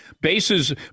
bases